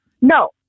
No